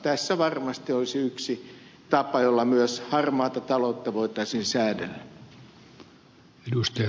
tässä varmasti olisi yksi tapa jolla myös harmaata taloutta voitaisiin säädellä